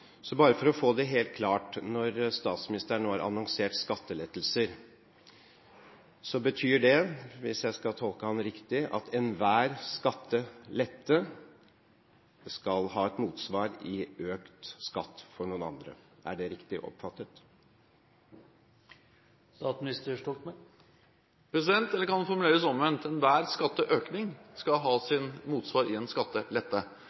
Så bare for å få dette helt klart: Når statsministeren nå har annonsert skattelettelser, betyr det – hvis jeg tolker ham riktig – at enhver skattelette skal ha et motsvar i økt skatt for noen andre. Er det riktig oppfattet? Det kan formuleres omvendt: Enhver skatteøkning skal ha sitt motsvar i en skattelette.